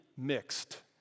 mixed